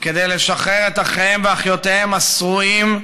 כדי לשחרר את אחיהם ואחיותיהם השרועים,